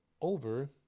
over